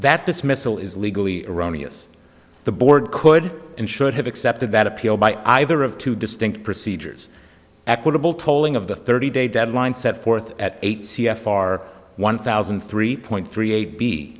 that dismissal is legally erroneous the board could and should have accepted that appeal by either of two distinct procedures equitable tolling of the thirty day deadline set forth at eight c f r one thousand and three point three